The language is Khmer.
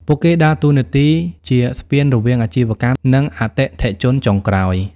ពួកគេដើរតួនាទីជាស្ពានរវាងអាជីវកម្ម និងអតិថិជនចុងក្រោយ។